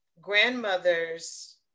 grandmothers